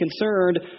concerned